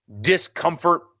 discomfort